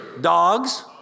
dogs